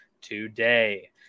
today